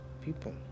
people